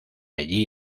allí